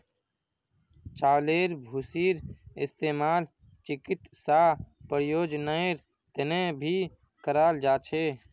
चउलेर भूसीर इस्तेमाल चिकित्सा प्रयोजनेर तने भी कराल जा छे